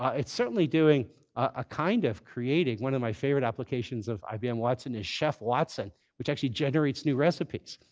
it's certainly doing a kind of creating. one of my favorite applications of ibm watson is chef watson, which actually generates new recipes.